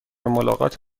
ملاقات